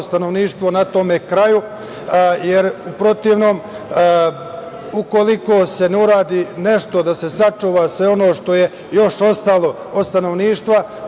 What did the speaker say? na tom kraju, jer u protivnom, ukoliko se ne uradi nešto da se sačuva sve ono što je još ostalo od stanovništva,